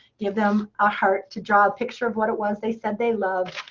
give them a heart to draw a picture of what it was they said they loved,